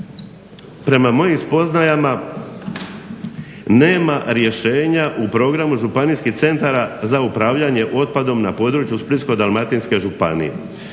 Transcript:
prema mojim spoznajama nema rješenja u programu županijskih centara za upravljanje otpadom na području Splitsko-dalmatinske županije.